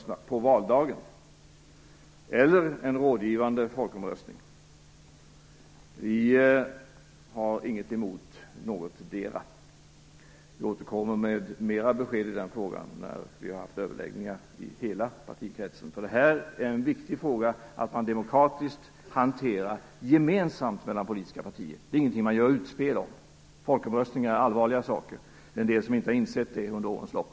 Den andra är att genomföra en rådgivande folkomröstning. Vi har inget emot någondera. Vi återkommer med mer besked i den frågan när vi har haft överläggningar i hela partikretsen. Det är en viktig demokratisk fråga att hantera gemensamt mellan politiska partier. Detta är ingenting man gör utspel omkring. Folkomröstningar är allvarliga saker. Det finns en del som inte har insett det under årens lopp.